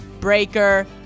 breaker